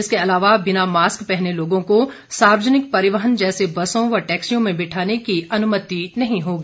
इसके अलावा बिना मास्क पहने लोगों को सार्वजनिक परिवहन जैसे बसों व टैक्सियों में बिठाने की अनुमति नहीं होगी